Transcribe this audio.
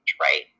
right